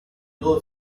low